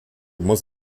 muss